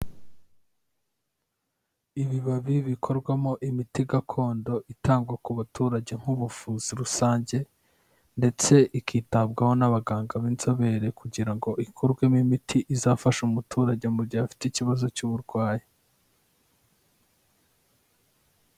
Ibibabi bikorwamo imiti gakondo itangwa ku baturage nk'ubuvuzi rusange, ndetse ikitabwaho n'abaganga b'inzobere, kugira ngo ikorwemo imiti izafasha umuturage, mu gihe afite ikibazo cy'uburwayi.